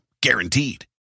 Guaranteed